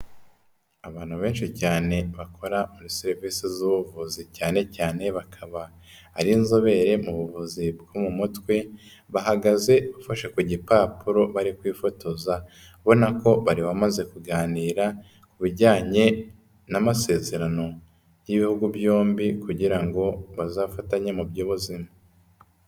Abantu benshi cyane bakora muri serivisi z'ubuvuzi cyane cyane, bakaba ari inzobere mu buvuzi bwo mu mutwe, bahagaze bafashe ku gipapuro bari kwifotoza, ubona ko bari bamaze kuganira ku bijyanye n'amasezerano y'ibihugu byombi, kugira ngo bazafatanye mu by'ubuzima.